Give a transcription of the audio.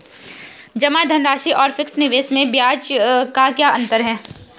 जमा धनराशि और फिक्स निवेश में ब्याज का क्या अंतर है?